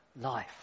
life